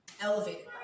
elevated